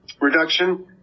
reduction